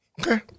okay